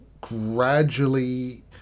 gradually